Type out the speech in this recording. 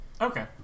Okay